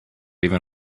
even